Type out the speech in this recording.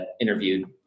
interviewed